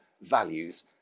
values